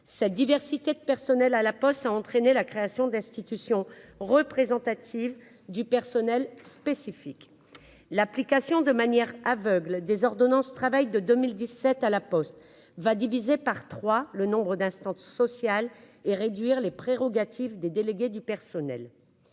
Cette diversité de personnel a entraîné la création d'institutions représentatives du personnel spécifiques à La Poste. L'application aveugle des ordonnances de 2017 à La Poste va diviser par trois le nombre d'instances sociales et réduire les prérogatives des délégués du personnel.